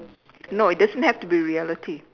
no it doesn't have to be reality